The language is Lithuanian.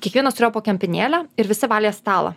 kiekvienas turėjo po kempinėlę ir visi valė stalą